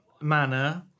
manner